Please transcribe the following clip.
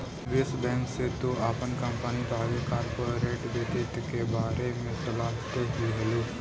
निवेश बैंक से तु अपन कंपनी लागी कॉर्पोरेट वित्त के बारे में सलाह ले लियहू